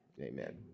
Amen